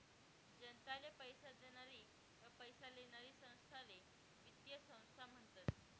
जनताले पैसा देनारी व पैसा लेनारी संस्थाले वित्तीय संस्था म्हनतस